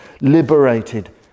liberated